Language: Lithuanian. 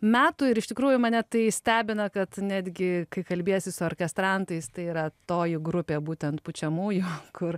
metų ir iš tikrųjų mane tai stebina kad netgi kai kalbiesi su orkestrantais tai yra toji grupė būtent pučiamųjų kur